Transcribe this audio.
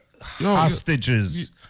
hostages